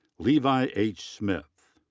levi h. smith.